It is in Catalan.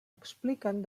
expliquen